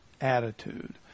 attitude